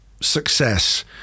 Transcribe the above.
success